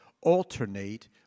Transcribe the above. alternate